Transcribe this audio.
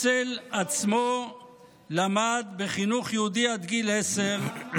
הרצל עצמו למד בחינוך יהודי עד גיל עשר,